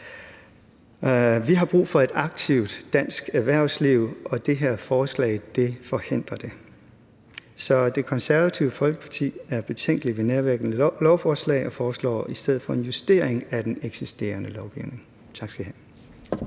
Vi har brug for et aktivt dansk erhvervsliv, og det her forslag forhindrer det. Så Det Konservative Folkeparti er betænkelig ved nærværende lovforslag og foreslår i stedet for en justering af den eksisterende lovgivning. Tak skal I have.